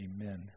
Amen